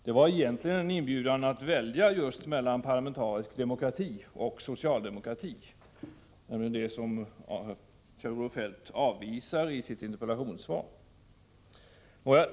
Det handlade egentligen om en inbjudan att välja mellan parlamentarisk demokrati och socialdemokrati, dvs. det som Kjell-Olof Feldt avvisade i sitt interpellationssvar.